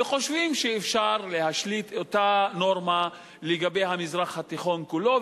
וחושבים שאפשר להשליט את אותה נורמה לגבי המזרח התיכון כולו,